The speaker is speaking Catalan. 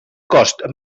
cost